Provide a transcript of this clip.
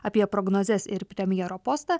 apie prognozes ir premjero postą